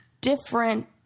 different –